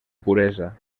puresa